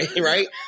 right